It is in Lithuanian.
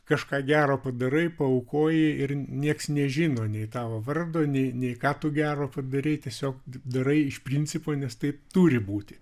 kažką gero padarai paaukojai ir nieks nežino nei tavo vardo nei ką tu gero padarei tiesiog darai iš principo nes taip turi būti